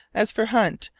as for hunt,